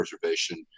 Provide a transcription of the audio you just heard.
preservation